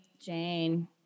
jane